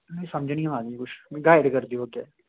समझ निं अवा दी गाइड करी देओ तुस